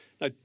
Now